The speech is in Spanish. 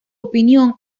opinión